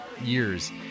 years